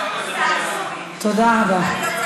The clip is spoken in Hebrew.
תודה רבה.